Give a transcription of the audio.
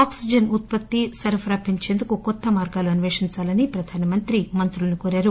oxygen ఉత్పత్తి సరఫరా పెంచేందుకు కొత్త మార్గాలను అస్వేషించాలని ప్రధానమంత్రి మంత్రులను కోరారు